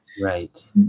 Right